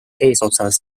eesotsas